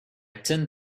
tend